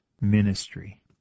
ministry